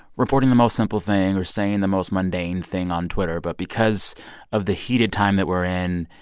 reporting the most simple thing or saying the most mundane thing on twitter but because of the heated time that we're in,